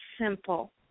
simple